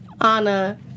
Anna